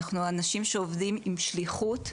אנחנו אנשים שעובדים עם שליחות,